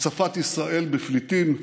הצפת ישראל בפליטים,